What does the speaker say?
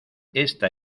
esta